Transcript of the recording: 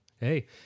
Hey